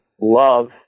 love